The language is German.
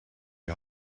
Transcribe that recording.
die